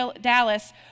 Dallas